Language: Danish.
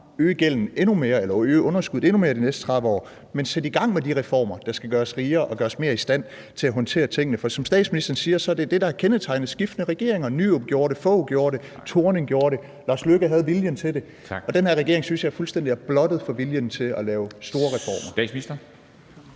øge underskuddet endnu mere de næste 30 år, men at sætte i gang med de reformer, der skal gøre os rigere og bedre i stand til at håndtere tingene. For som statsministeren siger, er det det, der har kendetegnet skiftende regeringer – Nyrup gjorde det, Fogh gjorde det, Thorning gjorde det, Lars Løkke Rasmussen havde viljen til det. Og den her regering synes jeg jo er fuldstændig blottet for viljen til at lave store reformer.